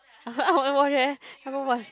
haven't watch leh haven't watch